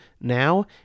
now